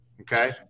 Okay